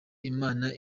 imana